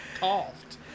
coughed